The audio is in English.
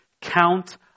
count